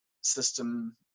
system